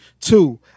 Two